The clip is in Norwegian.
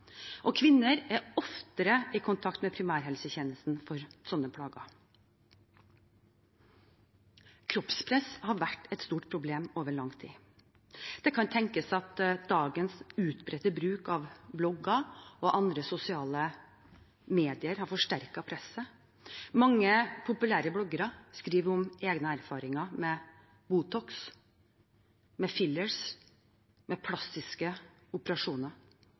og kvinner er oftere i kontakt med primærhelsetjenesten for slike plager. Kroppspress har vært et stort problem over lang tid. Det kan tenkes at dagens utbredte bruk av blogger og andre sosiale medier har forsterket presset. Mange populære bloggere skriver om egne erfaringer med Botox, «fillers» og plastiske operasjoner